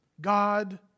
God